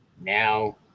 Now